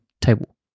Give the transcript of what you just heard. table